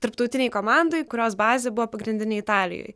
tarptautinei komandai kurios bazė buvo pagrindinė italijoje